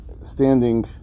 standing